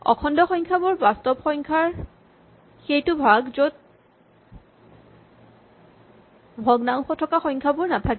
অখণ্ড সংখ্যাবোৰ বাস্তৱ সংখ্যাৰ সেইটো ভাগ য'ত ভগ্নাংশ থকা সংখ্যাবোৰ নাথাকে